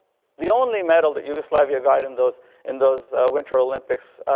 the only medal that yugoslavia got in those in those winter olympics.